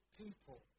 people